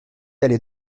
allée